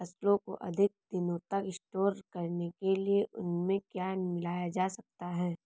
फसलों को अधिक दिनों तक स्टोर करने के लिए उनमें क्या मिलाया जा सकता है?